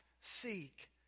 seek